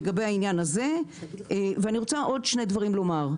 לגבי העניין הזה ואני רוצה עוד שני דברים לומר,